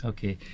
Okay